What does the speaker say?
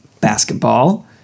Basketball